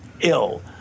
ill